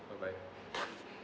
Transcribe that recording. bye bye